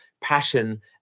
passion